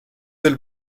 del